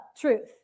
truth